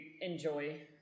enjoy